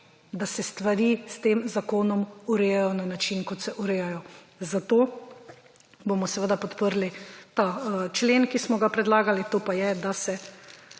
da se stvari s tem zakonom urejajo na način, kot se urejajo, zato bomo seveda podprli ta člen, ki smo ga predlagali, to pa je, da se